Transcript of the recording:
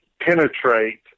penetrate